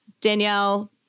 Danielle